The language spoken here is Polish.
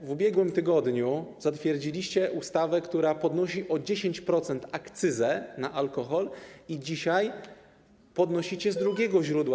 W ubiegłym tygodniu zatwierdziliście ustawę, która podnosi o 10% akcyzę na alkohol i dzisiaj podnosicie tę akcyzę z drugiego źródła.